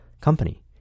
company